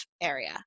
area